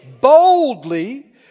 Boldly